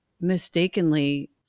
mistakenly